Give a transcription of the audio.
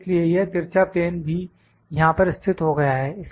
इसलिए यह तिरछा प्लेन भी यहां पर स्थित हो गया है